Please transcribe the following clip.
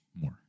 more